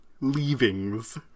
leavings